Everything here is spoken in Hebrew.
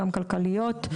גם כלכלית,